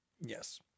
Yes